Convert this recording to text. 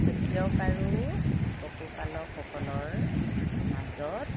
খেতিয়ক আৰু পশুপালকসকলৰ মাজত